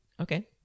Okay